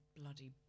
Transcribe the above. bloody